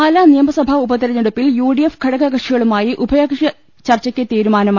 പാല നിയമസഭാ ഉപതെരഞ്ഞെടുപ്പിൽ യുഡിഎഫ് ഘടകക ക്ഷികളുമായി ഉഭയകക്ഷിചർച്ചക്ക് തീരുമാനമായി